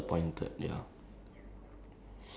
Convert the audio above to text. ya that would be that would make me disappointed lah